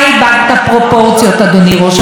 וזמנך ללכת.